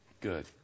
Good